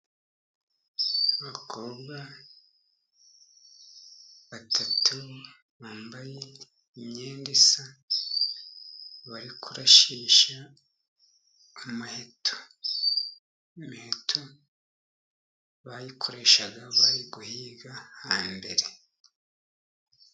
Abakobwa batatu bambaye imyenda isa, bari kurashisha umuheto. Imiheto bayikoreshaga bari guhiga hambere.